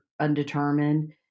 undetermined